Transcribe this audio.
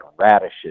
radishes